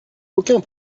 aucun